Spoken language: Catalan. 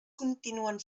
continuen